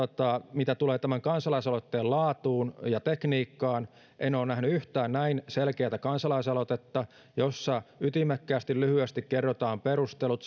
mitä tulee tämän kansalaisaloitteen laatuun ja tekniikkaan en ole nähnyt yhtään näin selkeätä kansalaisaloitetta jossa ytimekkäästi lyhyesti kerrotaan perustelut